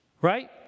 right